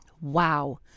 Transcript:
Wow